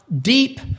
deep